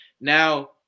Now